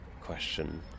question